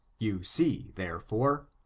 you see, therefore,